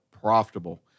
profitable